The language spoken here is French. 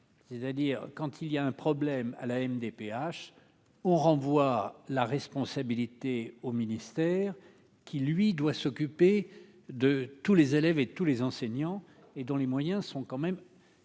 c'est-à-dire quand il y a un problème à la MDPH on renvoie la responsabilité au ministère qui lui doit s'occuper de tous les élèves et tous les enseignants et dont les moyens sont quand même.